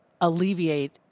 alleviate